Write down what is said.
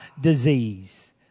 disease